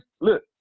look